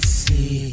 see